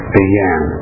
began